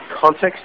context